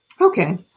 Okay